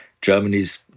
Germany's